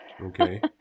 Okay